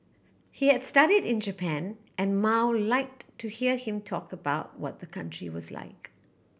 he had studied in Japan and Mao liked to hear him talk about what the country was like